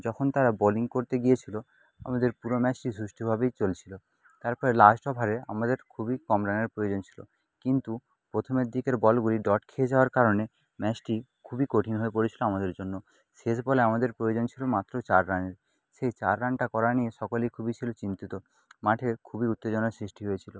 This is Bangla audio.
যখন তারা বলিং করতে গিয়েছিলো আমাদের পুরো ম্যাচটি সুষ্ঠভাবেই চলছিলো তারপরে লাস্ট ওভারে আমাদের খুবই কম রানের প্রয়োজন ছিলো কিন্তু প্রথমের দিকের বলগুলি ডট খেতে যাওয়ার কারণে ম্যাচটি খুবই কঠিন হয়ে পড়েছিলো আমাদের জন্য শেষ বলে আমাদের প্রয়োজন ছিলো মাত্র চার রানের সেই চার রানটা করা নিয়ে সকলেই খুবই ছিলো চিন্তিত মাঠে খুবই উত্তেজনার সৃষ্টি হয়েছিলো